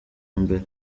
mbere